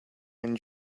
and